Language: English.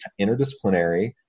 interdisciplinary